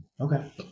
Okay